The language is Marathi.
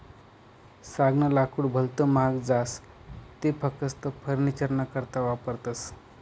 सागनं लाकूड भलत महाग जास ते फकस्त फर्निचरना करता वापरतस